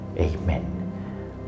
Amen